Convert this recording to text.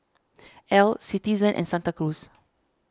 Elle Citizen and Santa Cruz